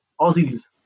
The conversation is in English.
Aussies